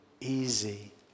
easy